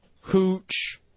Hooch